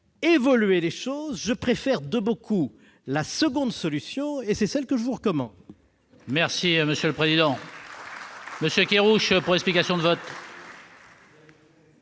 évoluer les choses, je préfère de beaucoup la seconde solution, et c'est celle que je vous recommande. La parole est à M. Éric Kerrouche, pour explication de vote.